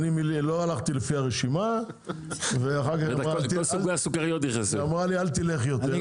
לא הלכתי לפי הרשימה והיא אמרה לי לא ללכת יותר.